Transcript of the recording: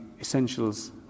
Essentials